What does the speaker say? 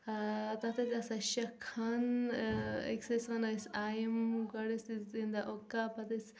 تتھ ٲسۍ آسان شیٚے خانہ أکِس ٲس ونان أسۍ آیم گۄڈٕ أسۍ أسۍ گِنٛدان اُکا پتہٕ ٲسۍ